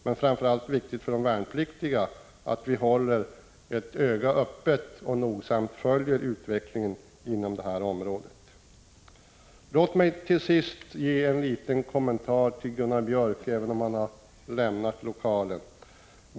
Det är mot den bakgrunden viktigt att vi i utskottet har ögonen öppna och nogsamt följer utvecklingen inom det här området. Låt mig till sist ge en liten kommentar till Gunnar Björk i Gävle, även om han lämnat kammaren.